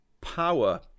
power